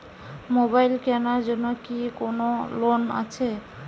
Mobile কেনার জন্য কি কোন লোন আছে?